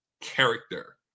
character